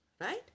Right